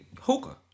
hookah